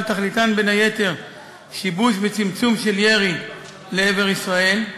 שתכליתן בין היתר שיבוש וצמצום הירי לעבר ישראל,